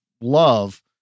love